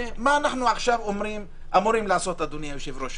מה אנחנו אמורים לעשות היום, אדוני היושב-ראש,